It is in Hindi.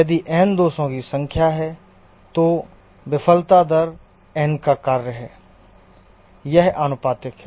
यदि n दोषों की संख्या है तो विफलता दर n का कार्य है यह आनुपातिक है